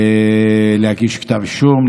להגיש כתב אישום,